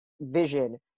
vision